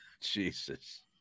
Jesus